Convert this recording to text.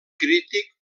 crític